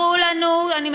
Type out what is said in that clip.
תעזרו לנו, אין כאן אף אחד.